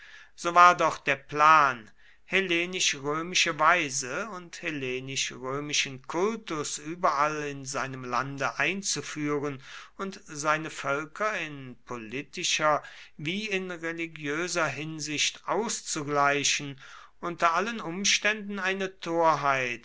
so war doch der plan hellenisch römische weise und hellenisch römischen kultus überall in seinem lande einzuführen und seine völker in politischer wie in religiöser hinsicht auszugleichen unter allen umständen eine